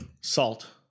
salt